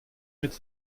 mit